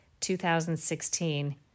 2016